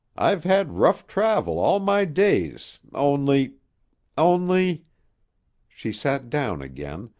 i've had rough travel all my days, only only she sat down again,